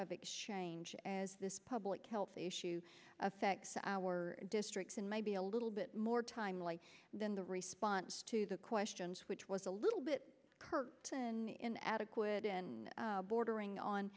of exchange as this public health issue affects our districts and may be a little bit more timely than the response to the questions which was a little bit kirton in adequate in bordering on